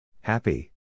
Happy